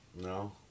No